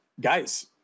guys